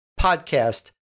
podcast